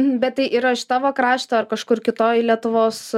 bet tai yra tavo krašto ar kažkur kitoj lietuvos